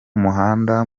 muhanda